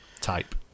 type